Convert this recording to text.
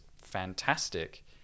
fantastic